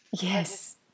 Yes